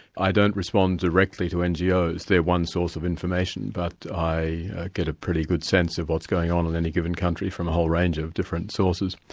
i don't respond directly to ngos, they're one source of information but i get a pretty good sense of what's going on in any given country from a whole range of different sources.